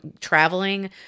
traveling